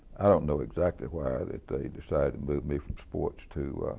i don't know exactly why that they decided to move me from sports to